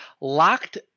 locked